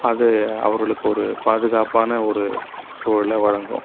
அது அவர்களுக்கு ஒரு பாதுகாப்பான ஒரு சூழலை வழங்கும்